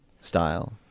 style